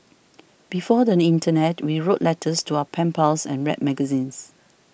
before the internet we wrote letters to our pen pals and read magazines